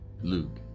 Luke